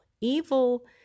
Evil